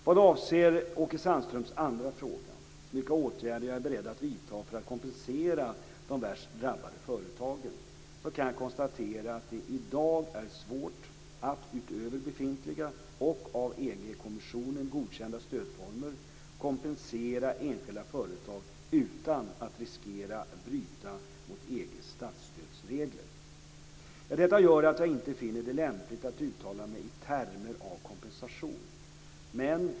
Vad avser Åke Sandströms andra fråga, vilka åtgärder jag är beredd att vidta för att kompensera de värst drabbade företagen, kan jag konstatera att det i dag är svårt att, utöver befintliga och av EG kommissionen godkända stödformer, kompensera enskilda företag utan att riskera att bryta mot EG:s statsstödsregler. Detta gör att jag inte finner det lämpligt att uttala mig i termer av kompensation.